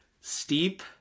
steep